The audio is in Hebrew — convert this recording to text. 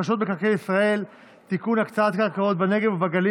השנייה לטלוויזיה ורדיו (תיקון,